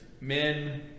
men